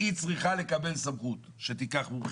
כאשר הממשלה רוצה להביא הצעות חוק, שתביא